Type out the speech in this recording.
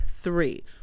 three